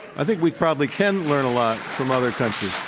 i think we probably can learn a lot from other countries.